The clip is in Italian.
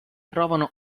provano